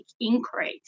increase